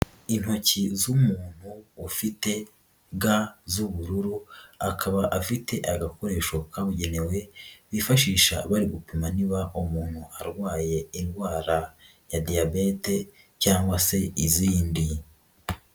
Intoki z'umuntu ufite ga z'ubururu, akaba afite agakoresho kabugenewe, bifashisha bari gupima niba umuntu arwaye indwara ya Diyabete cyangwa se izindi.